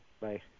Bye